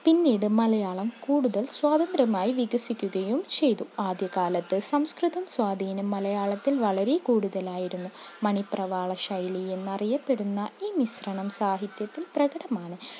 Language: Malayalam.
പിന്നീട് മലയാളം കൂടുതൽ സ്വാതന്ത്യമായി വികസിക്കുകയും ചെയ്തു ആദ്യകാലത്ത് സംസ്കൃതം സ്വാധീനം മലയാളത്തിൽ വളരെ കൂടുതലായിരുന്നു മണിപ്രവാള ശൈലി എന്നറിയപ്പെടുന്ന ഈ മിശ്രണം സാഹിത്യത്തിൽ പ്രകടമാണ്